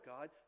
God